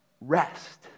rest